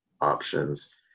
options